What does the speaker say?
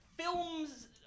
films